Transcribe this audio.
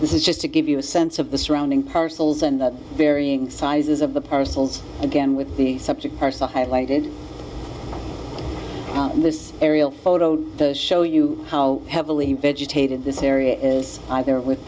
this is just to give you a sense of the surrounding parcels and the varying sizes of the parcels again with the subject ourselves highlighted in this aerial photo show you how heavily vegetated this area is either with